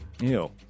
Ew